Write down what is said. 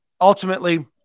Ultimately